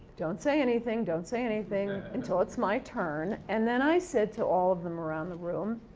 don't say anything, don't say anything until it's my turn. and then, i said to all of them around the room,